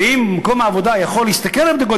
ואם מקום העבודה יכול להסתכל על בדיקות